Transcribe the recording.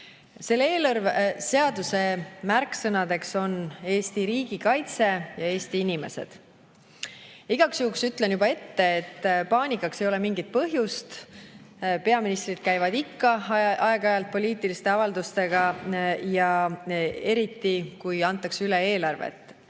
Selle seaduse märksõnadeks on Eesti riigikaitse ja Eesti inimesed. Igaks juhuks ütlen juba ette, et paanikaks ei ole mingit põhjust. Peaministrid käivad ikka aeg-ajalt poliitiliste avaldustega ja eriti, kui antakse üle eelarvet.